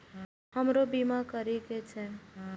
हमरो बीमा करीके छः?